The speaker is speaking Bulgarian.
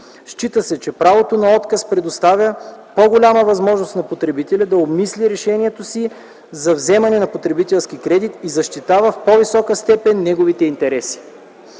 Счита се, че правото на отказ предоставя по-голяма възможност на потребителя да обмисли решението си за вземане на потребителски кредит и защитава в по-висока степен неговите интереси.